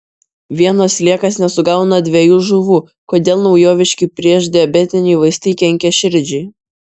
vienas sliekas nesugauna dviejų žuvų kodėl naujoviški priešdiabetiniai vaistai kenkia širdžiai